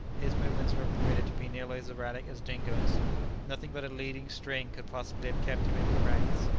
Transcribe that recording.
his movements were permitted be nearly as erratic as dingo's nothing but a leading-string could possibly have kept him in the ranks.